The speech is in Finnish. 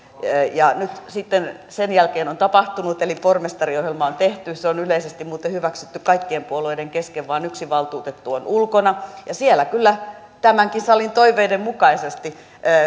ja nyt sitten sen jälkeen on tapahtunut eli pormestariohjelma on tehty se on muuten yleisesti hyväksytty kaikkien puolueiden kesken vain yksi valtuutettu on ulkona ja siellä kyllä tämänkin salin toiveiden mukaisesti